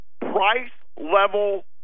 price-level